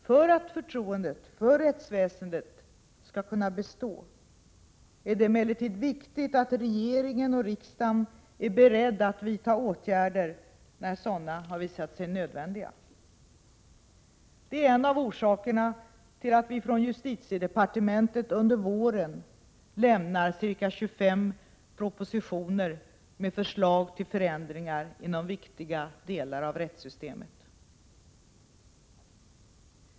För att förtroendet för rättsväsendet skall kunna bestå är det emellertid viktigt att regering och riksdag är beredda att vidta åtgärder när sådana visats sig nödvändiga. Det är en av orsakerna till att vi från justitiedepartementet under våren lämnar ca 25 propositioner med förslag till förändringar inom viktiga delar av rättssystemet.